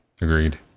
Agreed